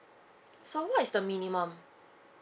so what is the minimum